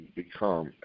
become